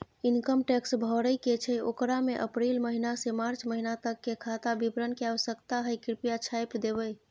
Income tax भरय के छै ओकरा में अप्रैल महिना से मार्च महिना तक के खाता विवरण के आवश्यकता हय कृप्या छाय्प देबै?